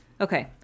okay